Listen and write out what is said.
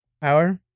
Power